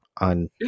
on